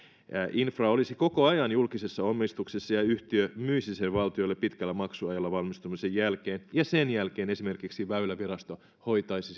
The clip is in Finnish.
infra olisi koko ajan julkisessa omistuksessa ja yhtiö myisi sen valtiolle pitkällä maksuajalla valmistumisen jälkeen sen jälkeen esimerkiksi väylävirasto hoitaisi